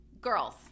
Girls